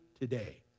today